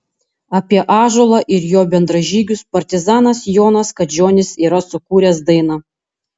apie ąžuolą ir jo bendražygius partizanas jonas kadžionis yra sukūręs dainą